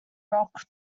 rock